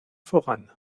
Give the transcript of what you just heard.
voran